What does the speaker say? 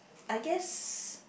I guess